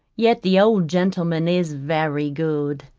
yet the old gentleman is very good.